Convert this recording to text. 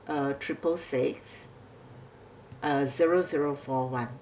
uh triple six uh zero zero four one